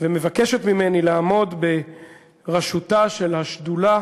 ומבקשת ממני לעמוד בראשותה של השדולה